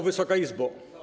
Wysoka Izbo!